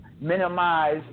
minimize